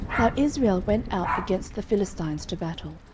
now israel went out against the philistines to battle,